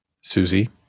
Susie